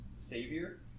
Savior